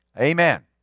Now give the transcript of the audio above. Amen